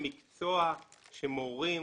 כמקצוע שמורים